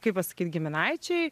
kaip pasakyt giminaičiai